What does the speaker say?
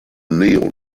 kneel